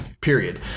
period